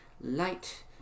light